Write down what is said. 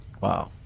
Wow